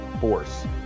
Force